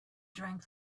drank